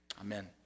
amen